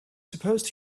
supposed